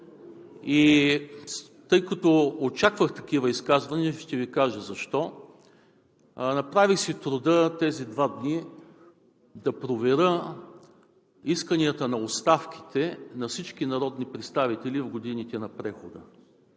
Тъй като очаквах такива изказвания – ще Ви кажа защо, направих си труда тези дни да проверя исканията на оставките на всички народни представители в годините на прехода